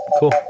cool